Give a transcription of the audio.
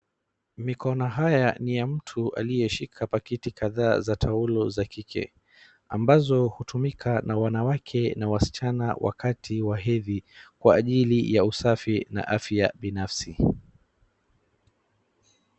Mikono haya ni mtu aliyeshika pakiti kadhaa za taulo za kike ambazo hutumika na wanawake na wasichana wakati wa hedhi kwa ajili ya usafi na afya binafsi.